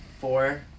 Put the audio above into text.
four